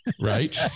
Right